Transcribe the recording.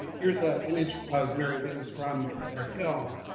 here's a image of mary wings from our film.